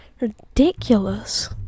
Ridiculous